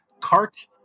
cart